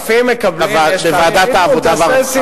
הרופאים מקבלים, העבודה והרווחה.